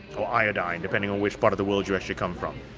or iodine depending on which part of the world you actually come from.